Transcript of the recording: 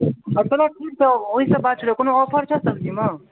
कोनो ऑफर छऽ सब्जीमे